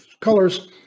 colors